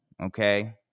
okay